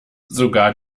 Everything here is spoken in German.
sogar